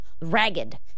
ragged